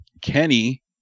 Kenny